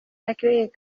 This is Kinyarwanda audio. craig